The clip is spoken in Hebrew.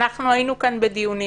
היינו כאן בדיונים